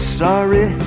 sorry